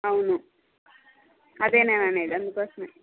అవును అదే నేననేది అందుకోసమే